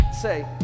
Say